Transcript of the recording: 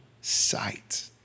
sight